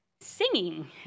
singing